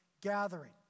gathering